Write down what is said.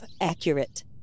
accurate